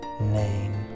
name